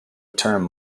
term